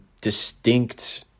distinct